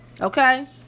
Okay